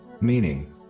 Meaning